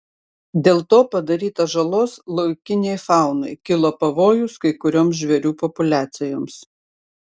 dėl to padaryta žalos laikinei faunai kilo pavojus kai kurioms žvėrių populiacijoms